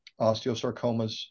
osteosarcomas